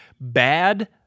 bad